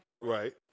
Right